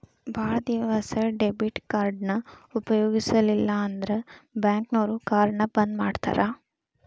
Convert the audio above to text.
ಭಾಳ್ ದಿವಸ ಡೆಬಿಟ್ ಕಾರ್ಡ್ನ ಉಪಯೋಗಿಸಿಲ್ಲಂದ್ರ ಬ್ಯಾಂಕ್ನೋರು ಕಾರ್ಡ್ನ ಬಂದ್ ಮಾಡ್ತಾರಾ